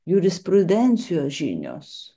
jurisprudencijos žinios